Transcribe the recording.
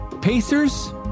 Pacers